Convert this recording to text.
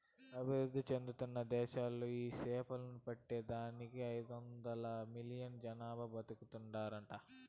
అభివృద్ధి చెందుతున్న దేశాలలో ఈ సేపలు పట్టే దానికి ఐదొందలు మిలియన్లు జనాలు బతుకుతాండారట